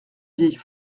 vieille